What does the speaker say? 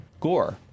Gore